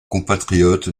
compatriote